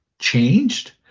Changed